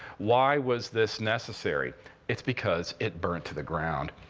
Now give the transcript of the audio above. why was this necessary it's because it burnt to the ground.